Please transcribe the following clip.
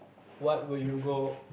what would you go